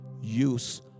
use